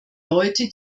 leute